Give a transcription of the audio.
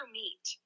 meet